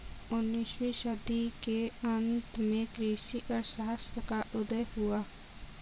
उन्नीस वीं सदी के अंत में कृषि अर्थशास्त्र का उदय हुआ